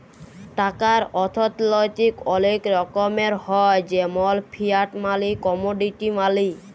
টাকার অথ্থলৈতিক অলেক রকমের হ্যয় যেমল ফিয়াট মালি, কমোডিটি মালি